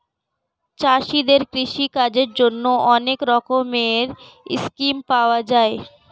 চাষীদের কৃষি কাজের জন্যে অনেক রকমের স্কিম পাওয়া যায়